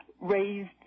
raised